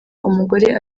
umugore